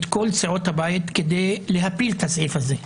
כל סיעות הבית כדי להפיל את הסעיף הזה בהסתייגות.